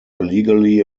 legally